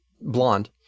blonde